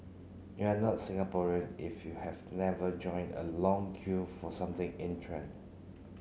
you are not Singaporean if you have never joined a long queue for something in trend